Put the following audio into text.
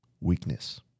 Weakness